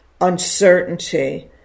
uncertainty